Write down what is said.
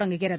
தொடங்குகிறது